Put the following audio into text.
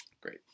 great